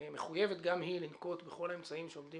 מחויבת גם היא לנקוט בכל האמצעים העומדים